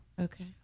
Okay